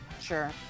Sure